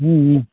हम्म हम्म